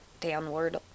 downward